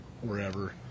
wherever